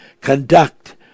conduct